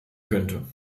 könnte